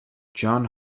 john